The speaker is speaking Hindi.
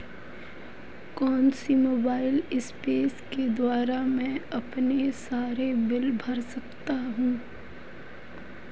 कौनसे मोबाइल ऐप्स के द्वारा मैं अपने सारे बिल भर सकता हूं?